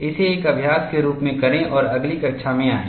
इसे एक अभ्यास के रूप में करें और अगली कक्षा में आएं